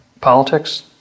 politics